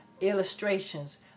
illustrations